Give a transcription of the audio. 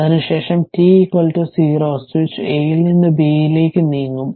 അതിനുശേഷം t 0 switch എയിൽ നിന്ന് ബിയിലേക്ക് നീങ്ങും